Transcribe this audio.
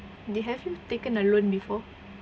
do have you taken a loan before